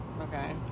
Okay